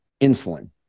insulin